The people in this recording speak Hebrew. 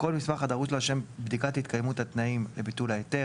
כל מסמך הדרוש לה לשם בדיקת התקיימות התנאים לביטול ההיתר.